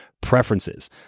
preferences